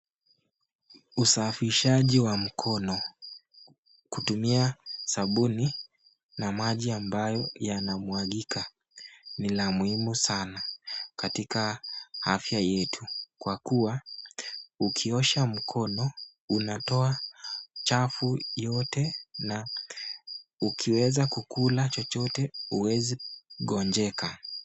Usafishaji wa mkono kutumia sabuni na maji ambayo yanamwagika ni la muhimu sana katika afya yetu kwa kuwa ukiosha mkono unatoa chafu yote na ukiweza kukula chochote huwezi gonjeka.